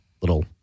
little